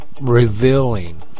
Revealing